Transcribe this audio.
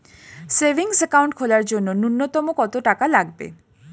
Savings account খোলার জন্য নূন্যতম কত টাকা লাগবে?